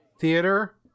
theater